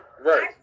Right